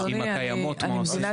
מה עושים עם הקיימות?